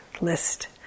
list